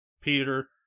Peter